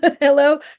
Hello